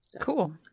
Cool